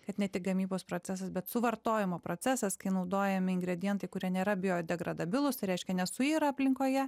kad ne tik gamybos procesas bet suvartojimo procesas kai naudojami ingredientai kurie nėra biodegradabilus tai reiškia nesuyra aplinkoje